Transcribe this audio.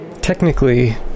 Technically